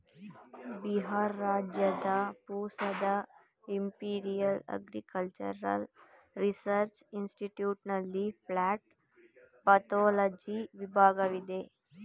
ಬಿಹಾರ್ ರಾಜ್ಯದ ಪೂಸಾದ imperial agricultural research institute ನಲ್ಲಿ ಪ್ಲಂಟ್ ಪತೋಲಜಿ ವಿಭಾಗವಿದೆ